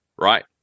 right